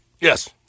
Yes